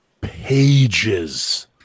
pages